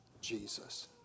Jesus